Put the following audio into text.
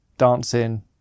dancing